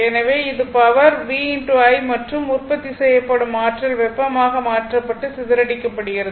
எனவே இது power v i மற்றும் உற்பத்தி செய்யப்படும் ஆற்றல் வெப்பமாக மாற்றப்பட்டு சிதறடிக்கப்படுகிறது